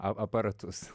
a aparatus